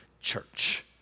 church